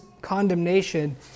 condemnation